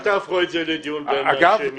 אל תהפכו את זה לדיון בין אנשי מקצוע.